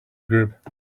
group